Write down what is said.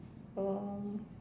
um